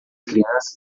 crianças